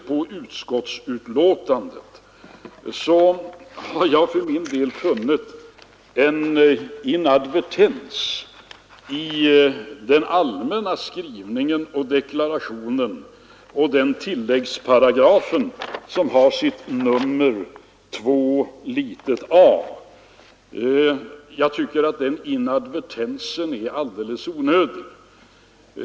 I utskottsbetänkandet har jag emellertid funnit en inadvertens i den allmänna skrivningen och deklarationen beträffande tilläggsparagrafen 2a. Den inadvertensen är alldeles onödig.